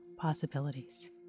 possibilities